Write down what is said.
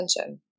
attention